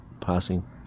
passing